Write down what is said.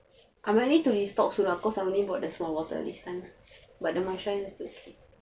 I might need to restock sudah cause I only bought the small bottle this time but the Meshang is still okay